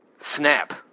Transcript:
Snap